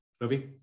Ravi